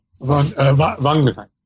Wangenheim